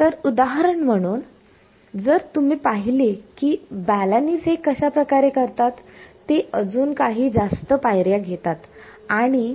तर उदाहरण म्हणून जर तुम्ही पाहिले की बॅलानिस हे कशाप्रकारे करतात ते अजून काही जास्त पायऱ्या घेतात कारण की